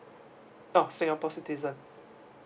oh singapore citizen